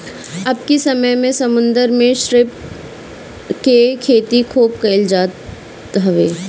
अबकी समय में समुंदर में श्रिम्प के खेती खूब कईल जात हवे